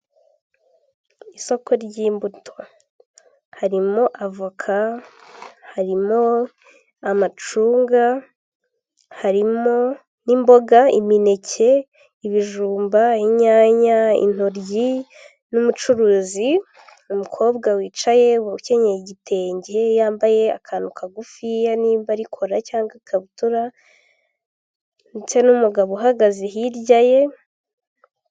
Isoko ry'imbuto harimo avoka, harimo amacunga, harimo n'imboga, imineke, ibijumba, inyanya, intoryi n'umucuruzi, umukobwa wicaye ukenyeye igitenge yambaye akantu kagufiya nimba ari kora cyangwa ikabutura ndetse n'umugabo uhagaze hirya ye.